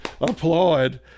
applaud